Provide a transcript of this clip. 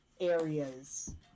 areas